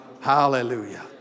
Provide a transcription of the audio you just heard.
hallelujah